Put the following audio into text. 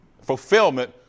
fulfillment